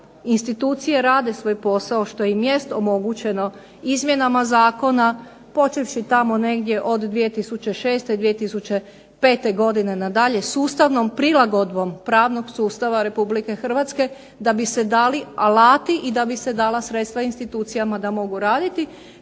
institucije rade svoj posao što im jest omogućeno izmjenama zakona, počevši tamo negdje od 2006., 2005. godine nadalje, sustavnom prilagodbom pravnog sustava Republike Hrvatske da bi se dali alati i da bi se dala sredstva institucijama da mogu raditi.